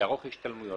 שיערוך השתלמויות.